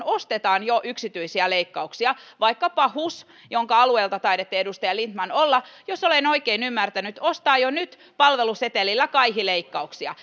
ostetaan yksityisiä leikkauksia vaikkapa hus jonka alueelta taidatte edustaja lindtman olla ostaa jos olen oikein ymmärtänyt jo nyt palvelusetelillä kaihileikkauksia